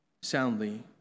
soundly